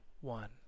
one